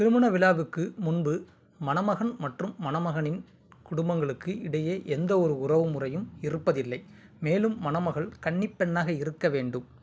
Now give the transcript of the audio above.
திருமண விழாவுக்கு முன்பு மணமகன் மற்றும் மணமகனின் குடும்பங்களுக்கு இடையே எந்த ஒரு உறவுமுறையும் இருப்பதில்லை மேலும் மணமகள் கன்னிப் பெண்ணாக இருக்க வேண்டும்